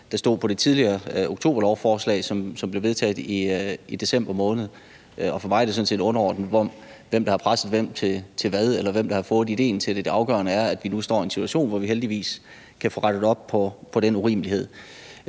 her og for oktoberlovforslaget, som blev vedtaget i december måned. For mig er det sådan set underordnet, hvem der har presset hvem til hvad, eller hvem der har fået ideen til det, for det afgørende er, at vi nu står i en situation, hvor vi heldigvis kan få rettet op på den urimelighed.